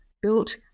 built